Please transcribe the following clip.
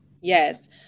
Yes